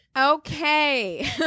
Okay